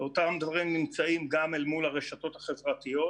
אותם דברים נמצאים גם אל מול הרשתות החברתיות.